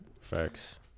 Facts